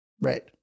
Right